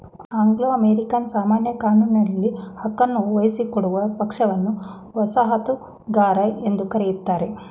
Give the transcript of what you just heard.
Anglo American ಸಾಮಾನ್ಯ ಕಾನೂನಿನಲ್ಲಿ ಹಕ್ಕನ್ನು ವಹಿಸಿಕೊಡುವ ಪಕ್ಷವನ್ನ ವಸಾಹತುಗಾರ ಎಂದು ಕರೆಯುತ್ತಾರೆ